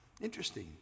Interesting